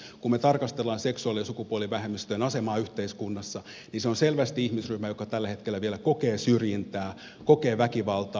kun me tarkastelemme seksuaali ja sukupuolivähemmistöjen asemaa yhteiskunnassa se on selvästi ihmisryhmä joka tällä hetkellä vielä kokee syrjintää kokee väkivaltaa